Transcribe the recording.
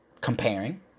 comparing